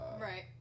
Right